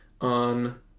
On